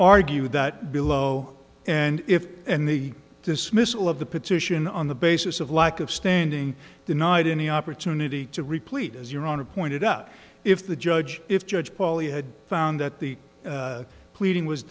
argue that below and if in the dismissal of the petition on the basis of lack of standing denied any opportunity to replete as your own a pointed out if the judge if judge poly had found that the pleading was